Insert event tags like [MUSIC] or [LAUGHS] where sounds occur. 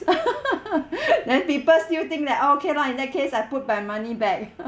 [LAUGHS] then people still think that okay lah in that case I put my money back [LAUGHS]